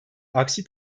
aksi